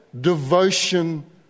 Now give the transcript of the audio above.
devotion